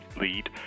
Lead